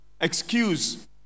excuse